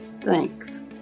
thanks